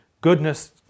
Goodness